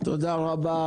תודה רבה